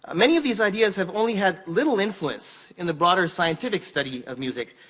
many of these ideas have only had little influence in the broader, scientific study of music,